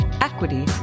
equity